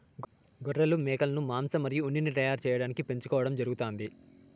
గొర్రెలు, మేకలను మాంసం మరియు ఉన్నిని తయారు చేయటానికి పెంచుకోవడం జరుగుతాంది